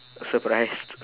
surprised